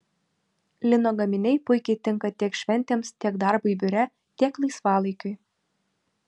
lino gaminiai puikiai tinka tiek šventėms tiek darbui biure tiek laisvalaikiui